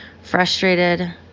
frustrated